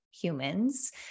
humans